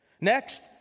Next